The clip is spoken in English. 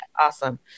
awesome